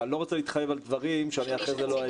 אבל אני לא רוצה להתחייב על דברים שאחרי זה אני לא אעמוד בהם.